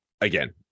again